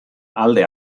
alde